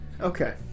Okay